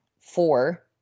four